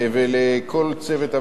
ולכל צוות הוועדה.